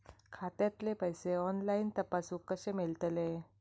खात्यातले पैसे ऑनलाइन तपासुक कशे मेलतत?